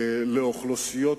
לאוכלוסיות שונות,